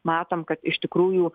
matom kad iš tikrųjų